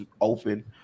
open